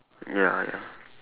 ya ya